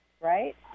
right